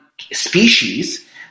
species